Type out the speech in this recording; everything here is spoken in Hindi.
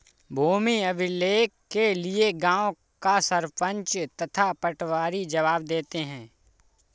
भूमि अभिलेख के लिए गांव का सरपंच तथा पटवारी जवाब देते हैं